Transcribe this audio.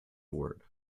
word